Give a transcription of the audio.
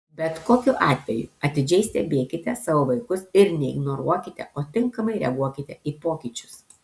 bet kokiu atveju atidžiai stebėkite savo vaikus ir neignoruokite o tinkamai reaguokite į pokyčius